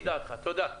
תודה.